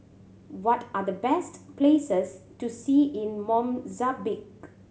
what are the best places to see in Mozambique